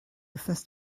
wythnos